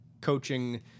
coaching